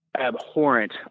abhorrent